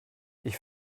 ich